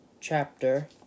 chapter